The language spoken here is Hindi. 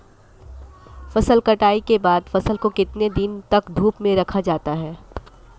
फसल कटाई के बाद फ़सल को कितने दिन तक धूप में रखा जाता है?